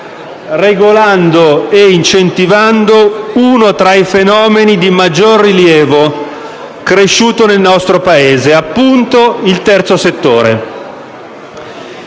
regolando e incentivando uno tra i fenomeni di maggior rilievo cresciuto nel nostro Paese: appunto, il terzo settore.